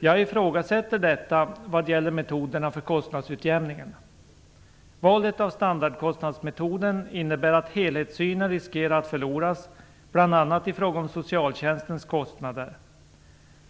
Jag ifrågasätter detta vad gäller metoderna för kostnadsutjämning. Valet av standardkostnadsmetoden innebär att helhetssynen riskerar att förloras, bl.a. i fråga om socialtjänstens kostnader.